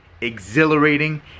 exhilarating